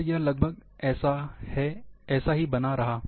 और यह लगभग ऐसा ही बना रहा